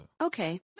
okay